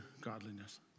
godliness